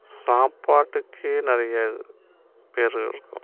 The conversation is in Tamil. சாப்பாட்டுக்கே நெறைய பெயர் இருக்கும்